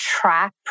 track